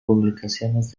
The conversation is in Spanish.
publicaciones